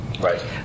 Right